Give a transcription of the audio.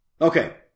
Okay